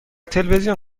تلویزیون